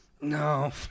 No